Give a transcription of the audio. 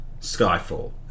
Skyfall